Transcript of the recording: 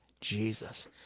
Jesus